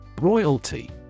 Royalty